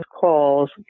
calls